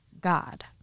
God